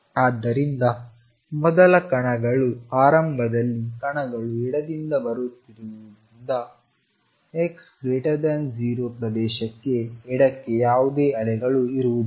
ಆದ್ದರಿಂದ ಮೊದಲ ಕಣಗಳು ಆರಂಭದಲ್ಲಿ ಕಣಗಳು ಎಡದಿಂದ ಬರುತ್ತಿರುವುದರಿಂದ x 0 ಪ್ರದೇಶಕ್ಕೆ ಎಡಕ್ಕೆ ಯಾವುದೇ ಅಲೆಗಳು ಇರುವುದಿಲ್ಲ